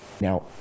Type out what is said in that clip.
now